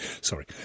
Sorry